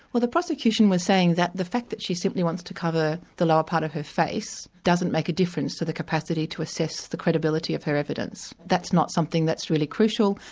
well the prosecution was saying that the fact that she simply wants to cover the lower part of her face doesn't make a difference to the capacity to assess the credibility of her evidence. that's not something that's really crucial,